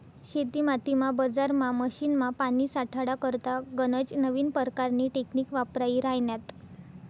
शेतीमातीमा, बजारमा, मशीनमा, पानी साठाडा करता गनज नवीन परकारनी टेकनीक वापरायी राह्यन्यात